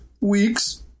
weeks